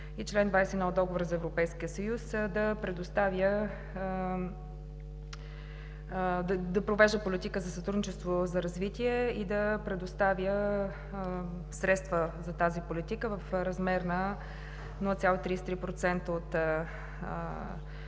и чл. 21 от Договора за Европейския съюз да провежда политика за сътрудничество за развитие и да предоставя средства за тази политика в размер на 0,33% от